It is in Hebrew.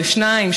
שניים,